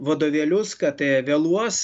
vadovėlius kad vėluos